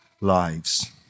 lives